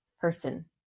person